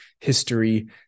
history